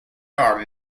are